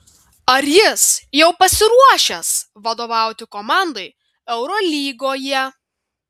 ar jis jau pasiruošęs vadovauti komandai eurolygoje